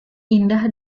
indah